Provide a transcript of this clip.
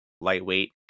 lightweight